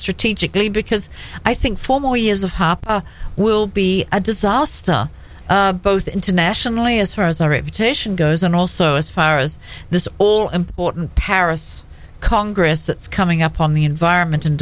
strategically because i think four more years of hoppe will be a disaster both internationally as far as our reputation goes and also as far as this all important paris congress that's coming up on the environment in